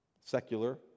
Secular